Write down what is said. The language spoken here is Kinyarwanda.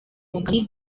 mugani